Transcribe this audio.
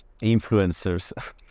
Influencers